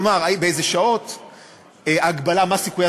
תושבים שהיו כאן לפני קום